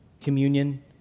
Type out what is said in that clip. communion